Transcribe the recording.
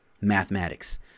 mathematics